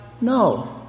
No